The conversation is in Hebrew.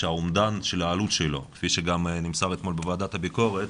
שהאומדן של העלות שלו כפי שגם נמסר אתמול בוועדת הביקורת,